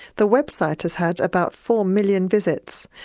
the website has had about four million visits.